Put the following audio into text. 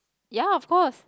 ya of course